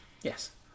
yes